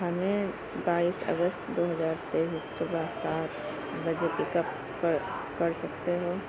ہمیں بائیس اگست دو ہزار تیئس صبح سات بجے پک اپ کر کر سکتے ہو